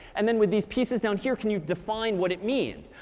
and then with these pieces down here can you define what it means.